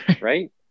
right